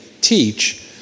teach